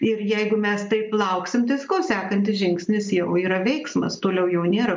ir jeigu mes taip lauksim tai sakau sekantis žingsnis jau yra veiksmas toliau jau nėra